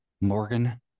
morgan